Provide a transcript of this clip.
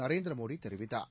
நரேந்திர மோடி தெரிவித்தார்